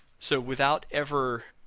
so without ever